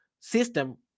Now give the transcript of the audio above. system